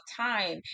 time